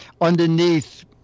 underneath